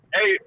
Hey